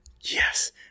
yes